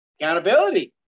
accountability